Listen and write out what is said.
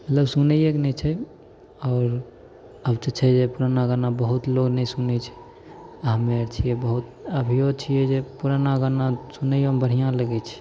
मतलब सुनैए कऽ नहि छै आओर आब तऽ छै जे पुराना गाना बहुत लोग नहि सुनैत छै आ हमे आर छियै बहुत अभियो छियै जे पुराना गाना सुनैयोमे बढ़िआँ लगैत छै